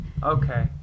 Okay